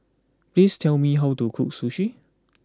please tell me how to cook sushi